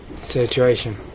situation